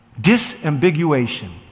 Disambiguation